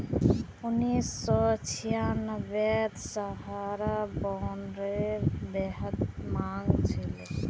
उन्नीस सौ छियांबेत सहारा बॉन्डेर बेहद मांग छिले